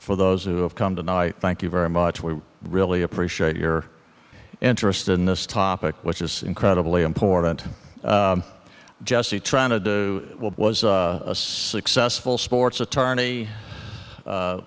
for those who have come tonight thank you very much we really appreciate your interest in this topic which is incredibly important jesse trentadue was a successful sports attorney